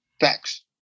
Facts